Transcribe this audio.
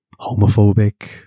homophobic